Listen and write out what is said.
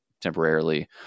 temporarily